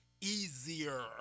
easier